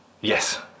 Yes